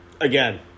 again